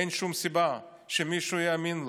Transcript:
אין שום סיבה שמישהו יאמין לו,